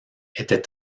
était